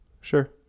Sure